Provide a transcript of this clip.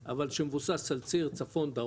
אבל שמבוסס על ציר צפון-דרום